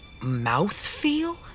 Mouthfeel